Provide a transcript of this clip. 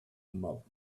mop